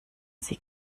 sie